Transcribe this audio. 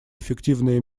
эффективные